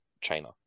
China